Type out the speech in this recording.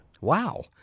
Wow